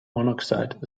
monoxide